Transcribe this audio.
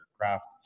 craft